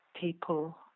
people